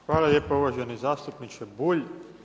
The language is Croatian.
Hvala lijepa uvaženi zastupniče Bulj.